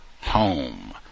home